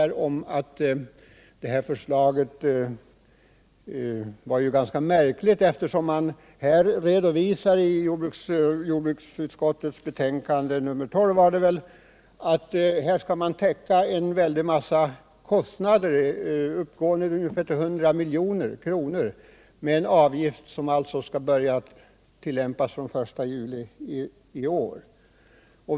Motionärernas förslag är ganska märkligt, eftersom jordbruksutskottet har redovisat i sitt betänkande nr 12 att man inte kan täcka en väldig massa kostnader, uppgående till ungefär 100 milj.kr., med en avgift som skulle börja tillämpas den 1 juli i år.